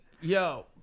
yo